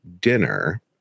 dinner